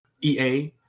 EA